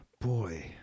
boy